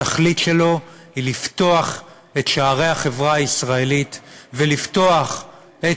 התכלית שלו היא לפתוח את שערי החברה הישראלית ולפתוח את